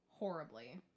horribly